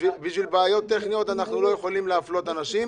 בגלל בעיות טכניות אנחנו לא יכולים להפלות אנשים.